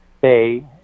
Bay